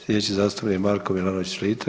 Sljedeći zastupnik je Marko Milanović Litre.